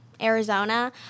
Arizona